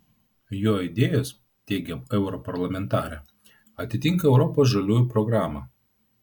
jo idėjos teigia europarlamentarė atitinka europos žaliųjų programą